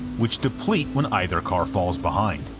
which deplete when either car falls behind.